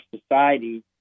society